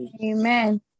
Amen